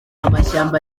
amashyamba